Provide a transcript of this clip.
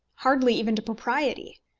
hardly even to propriety.